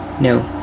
No